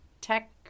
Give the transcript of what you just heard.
tech